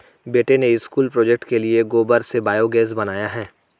बेटे ने school project के लिए गोबर से बायोगैस बनाया है